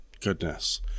Goodness